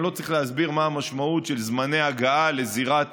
אני לא צריך להסביר מה המשמעות של זמני הגעה לזירת